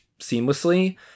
seamlessly